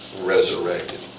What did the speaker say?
resurrected